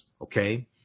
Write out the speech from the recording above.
okay